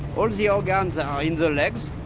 all the organs are in the legs,